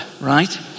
Right